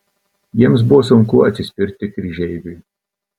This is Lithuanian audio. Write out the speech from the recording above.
jiems buvo sunku atsispirti kryžeiviui